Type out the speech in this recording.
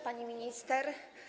Pani Minister!